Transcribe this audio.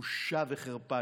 בושה וחרפה.